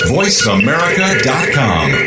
voiceamerica.com